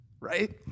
right